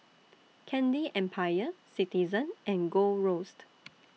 Candy Empire Citizen and Gold Roast